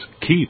keep